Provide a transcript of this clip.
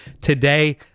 today